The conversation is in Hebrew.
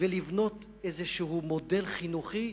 ולבנות איזה מודל חינוכי,